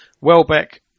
Welbeck